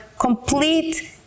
complete